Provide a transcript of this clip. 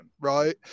right